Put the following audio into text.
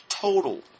total